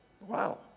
Wow